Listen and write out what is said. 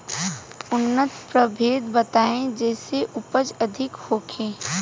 उन्नत प्रभेद बताई जेसे उपज अधिक होखे?